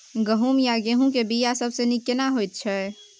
गहूम या गेहूं के बिया सबसे नीक केना होयत छै?